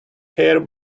hair